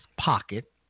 pocket